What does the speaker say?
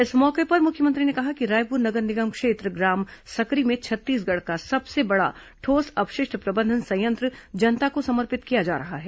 इस मौके पर मुख्यमंत्री ने कहा कि रायपुर नगर निगम क्षेत्र ग्राम सकरी में छत्तीसगढ़ का सबसे बड़ा ठोस अपशिष्ट प्रबंधन संयंत्र जनता को समर्पित किया जा रहा है